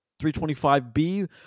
325B